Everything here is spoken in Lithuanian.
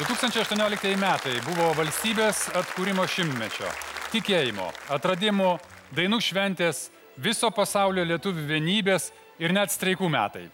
du tūkstančiai aštuonioliktieji metai buvo valstybės atkūrimo šimtmečio tikėjimo atradimų dainų šventės viso pasaulio lietuvių vienybės ir net streikų metai